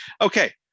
okay